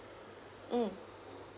mm